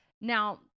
now